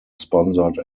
sponsored